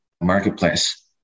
marketplace